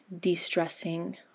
de-stressing